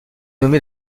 nommée